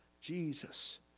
Jesus